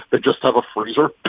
they just have a freezer.